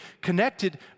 connected